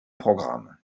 programme